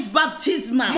baptism